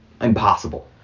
impossible